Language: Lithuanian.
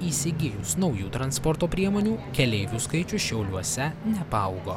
įsigijus naujų transporto priemonių keleivių skaičius šiauliuose nepaaugo